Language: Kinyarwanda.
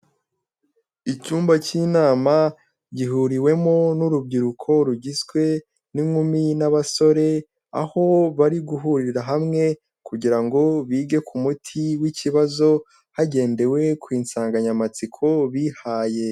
Icyumba cy'inama gihuriwemo n'urubyiruko rugizwe n'inkumi n'abasore, aho bari guhurira hamwe kugirango bige ku muti w'ikibazo hagendewe ku nsanganyamatsiko bihaye.